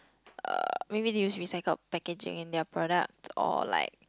uh maybe they use recycled packaging in their products or like